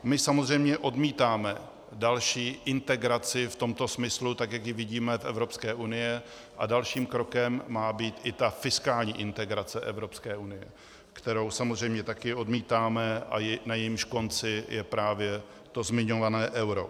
My samozřejmě odmítáme další integraci v tomto smyslu, jak ji vidíme v Evropské unii, a dalším krokem má být i fiskální integrace Evropské unie, kterou samozřejmě taky odmítáme a na jejímž konci je právě zmiňované euro.